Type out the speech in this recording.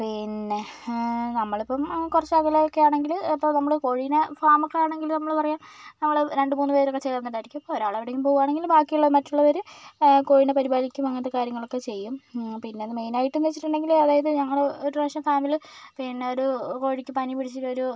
പിന്നെ നമ്മളിപ്പം കുറച്ചകലെയൊക്കെ ആണെങ്കില് ഇപ്പോൾ നമ്മള് കോഴീനെ ഫാമൊക്കെയാണെങ്കിൽ നമ്മള് പറയാം ഞങ്ങള് രണ്ട് മൂന്ന് പേരൊക്കെ ചേർന്നിട്ടായിരിക്കും ഒരാളെവിടെയെങ്കിലും പോവുകയാണെങ്കില് ബാക്കി ഉള്ള മറ്റുള്ളവര് കോഴീനെ പരിപാലിക്കും അങ്ങനത്തെ കാര്യങ്ങളൊക്കെ ചെയ്യും പിന്നെ അത് മെയിനായിട്ടെന്ന് വെച്ചിട്ടുണ്ടെങ്കില് അതായത് ഞങ്ങള് ഒരു പ്രാവശ്യം ഫാമില് പിന്നൊരു കോഴിക്ക് പനി പിടിച്ചിട്ടൊരു